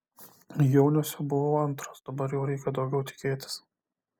jauniuose buvau antras dabar jau reikia daugiau tikėtis